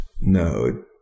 No